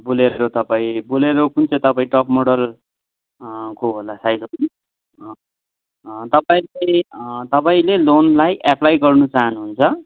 Bolero तपाईँ Bolero कुन चाहिँ तपाईँ टप मोडल को होला सायद हगि तपाईँ चाहिँ तपाईँले लोनलाई एप्लाई गर्न चाहनुहुन्छ